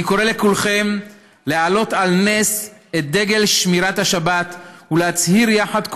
אני קורא לכולכם להעלות על נס את דגל שמירת השבת ולהצהיר יחד,